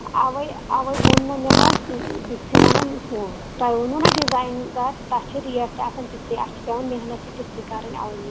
اوٕے اوٕے وۄنۍ نہٕ مےٚ حظ بہٕ چَھسو وَنان ہُہ تۄہہِ وونو نا ڈزاین دار تتھ چھِ ریٹ تہِ آسان تِژھٕے اتھ چِھ پیوان محنت تہ تِژھٕے کرٕنۍ اوٕے موٗجوٗب